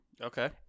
Okay